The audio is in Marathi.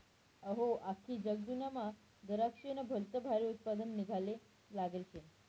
अहो, आख्खी जगदुन्यामा दराक्शेस्नं भलतं भारी उत्पन्न निंघाले लागेल शे